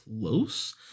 close